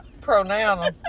Pronoun